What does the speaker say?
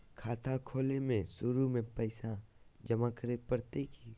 खाता खोले में शुरू में पैसो जमा करे पड़तई की?